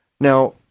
Now